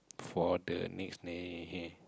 for the next ne~